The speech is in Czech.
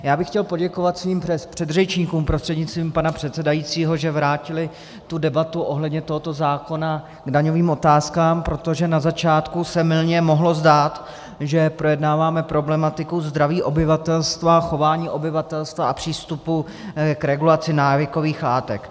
Já bych chtěl poděkovat svým předřečníkům prostřednictvím pana předsedajícího, že vrátili debatu ohledně tohoto zákona k daňovým otázkám, protože na začátku se mylně mohlo zdát, že projednáváme problematiku zdraví obyvatelstva, chování obyvatelstva a přístupu k regulaci návykových látek.